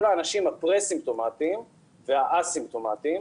האנשים הפרה-סימפטומטיים והא-סימפטומטיים,